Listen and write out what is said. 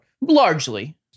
largely